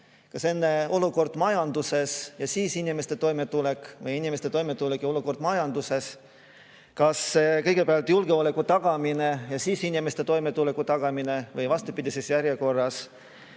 Kas enne olukord majanduses ja siis inimeste toimetulek või enne inimeste toimetulek ja siis olukord majanduses? Kas kõigepealt julgeoleku tagamine ja siis inimeste toimetuleku tagamine või vastupidises järjekorras?